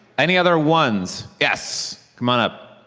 any other ones? yes. come on up.